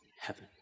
heaven